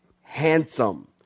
handsome